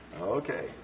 Okay